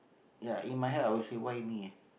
ya in my heart I'll say why me ah